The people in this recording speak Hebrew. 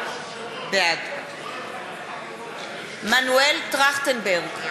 בעד מנואל טרכטנברג,